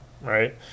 right